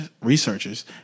researchers